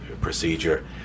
procedure